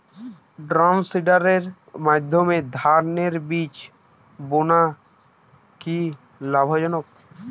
ড্রামসিডারের মাধ্যমে ধানের বীজ বোনা কি লাভজনক?